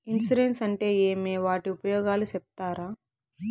Insurance అంటే ఏమి? వాటి ఉపయోగాలు సెప్తారా?